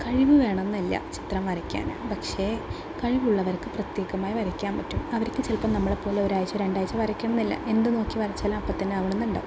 കഴിവ് വേണമെന്നില്ല ചിത്രം വരയ്ക്കാൻ പക്ഷേ കഴിവുള്ളവർക്ക് പ്രത്യേകമായി വരയ്ക്കാൻ പറ്റും അവർക്ക് ചിലപ്പോൾ നമ്മളെ പോലെ ഒരാഴ്ച്ച രണ്ടാഴ്ച്ച വരയ്ക്കണമെന്നില്ല എന്ത് നോക്കി വരച്ചാലും അപ്പം തന്നെ ആകണം എന്നുണ്ട്